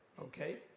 okay